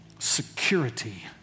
security